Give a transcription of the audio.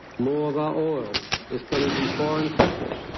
more of our oil is coming from foreign countries.